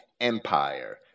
Empire